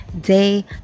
day